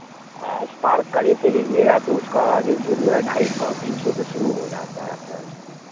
आ Spark का जैसे लीजियेगा तो उसका जैसे जो है ढाई सौ तीन सौ से शुरू हो जाता है सर